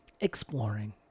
exploring